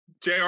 jr